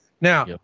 Now